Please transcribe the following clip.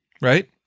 right